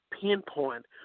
pinpoint